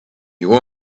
you